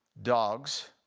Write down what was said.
dogs,